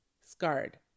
scarred